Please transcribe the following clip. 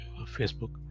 Facebook